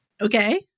Okay